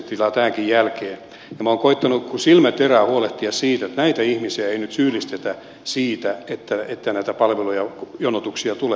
minä olen koettanut kuin silmäterää huolehtia siitä että näitä ihmisiä ei nyt syyllistetä siitä että näitä palvelujen jonotuksia tulee